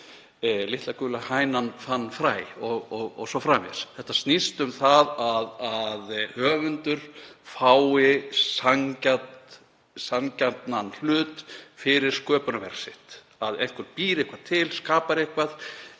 Litla gula hænan fann fræ o.s.frv. Þetta snýst um að höfundur fái sanngjarnan hlut fyrir sköpunarverk sitt. Einhver býr eitthvað til, skapar eitthvað,